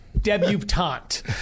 debutante